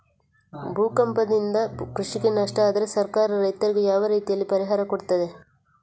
ಭೂಕಂಪದಿಂದ ಕೃಷಿಗೆ ನಷ್ಟ ಆದ್ರೆ ಸರ್ಕಾರ ರೈತರಿಗೆ ಯಾವ ರೀತಿಯಲ್ಲಿ ಪರಿಹಾರ ಕೊಡ್ತದೆ?